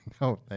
no